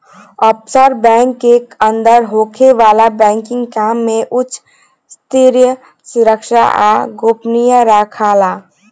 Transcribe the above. offshore bank के अंदर होखे वाला बैंकिंग काम में उच स्तरीय सुरक्षा आ गोपनीयता राखाला